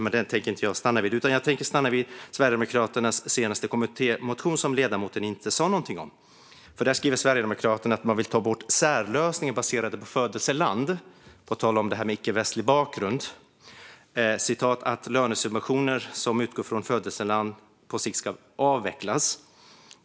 Jag tänker dock inte uppehålla mig vid det, utan jag tänker uppehålla mig vid Sverigedemokraternas senaste kommittémotion, som ledamoten inte sa någonting om. Där skriver Sverigedemokraterna att man vill ta bort "särlösningar baserade på födelseland", på tal om icke-västlig bakgrund. Man tycker också att "lönesubventioner som utgår ifrån födelseland" på sikt ska avvecklas.